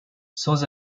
sans